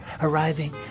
arriving